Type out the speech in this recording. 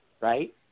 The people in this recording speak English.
right